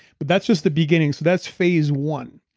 but that's just the beginning. so that's phase one.